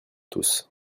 tous